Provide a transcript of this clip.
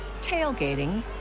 tailgating